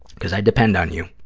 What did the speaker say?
because i depend on you.